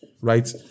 right